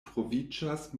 troviĝas